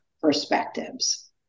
perspectives